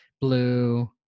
blue